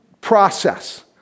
process